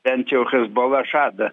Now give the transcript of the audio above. bent jau hezbola žada